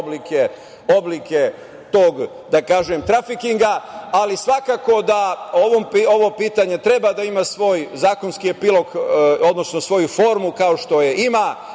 oblike tog, da tako kažem, trafikinga, ali svakako da ovo pitanje treba da ima svoj zakonski epilog, odnosno svoju formu, kao što je ima